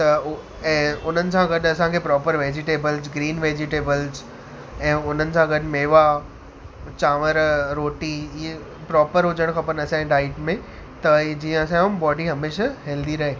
त ऐं हुननि सां गॾु असांखे प्रोपर वेजीटेबल्स ग्रीन वेजीटेबल्स ऐं हुननि सां गॾु मेवा चांवरु रोटी इहे प्रोपर हुजणु खपनि असांजी डाइट में त ई जीअं असांजो बॅाडी हमेशह हेल्दी रहे